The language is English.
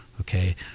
okay